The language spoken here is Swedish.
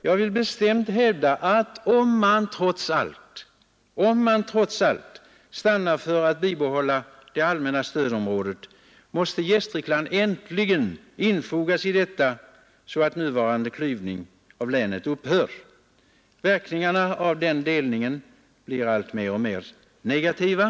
Jag vill bestämt hävda att om man trots allt stannar för att bibehålla det allmänna stödområdet, måste Gästrikland äntligen infogas i detta så att den nuvarande klyvningen av länet upphör. Verkningarna av denna delning blir alltmer negativa.